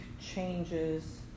changes